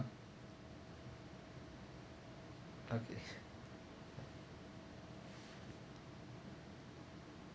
okay